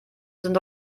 sind